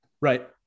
Right